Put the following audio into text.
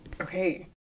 Okay